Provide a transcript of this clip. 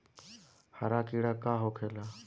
हरा कीड़ा का होखे ला?